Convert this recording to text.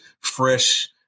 fresh